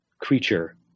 creature